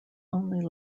only